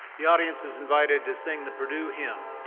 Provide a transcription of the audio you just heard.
the audience is invited to sing the purdue hymn.